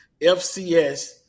fcs